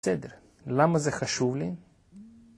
בסדר, למה זה חשוב לי?